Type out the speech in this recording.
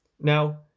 Now